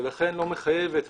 ולכן היא לא מחייבת,